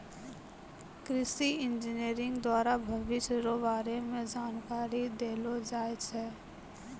कृषि इंजीनियरिंग द्वारा भविष्य रो बारे मे जानकारी देलो जाय छै